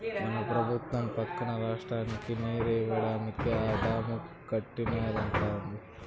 మన పెబుత్వం పక్క రాష్ట్రానికి నీరియ్యడానికే ఆ డాము కడతానంటాంది